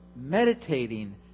meditating